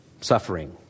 suffering